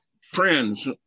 friends